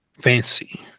fancy